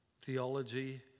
Theology